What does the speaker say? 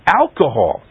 Alcohol